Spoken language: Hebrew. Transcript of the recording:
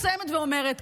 אני מסיימת ואומרת,